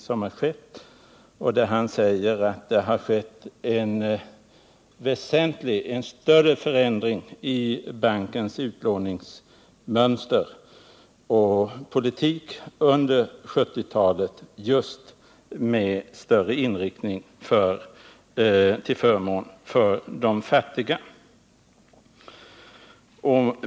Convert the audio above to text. Han säger att det under 1970-talet har ägt rum en större förändring av bankens utlåningsmönster och politik till förmån för de fattiga länderna.